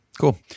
Cool